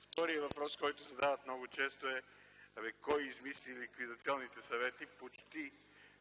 Вторият въпрос, който задават много често, е: „Кой измисли ликвидационните съвети”. Почти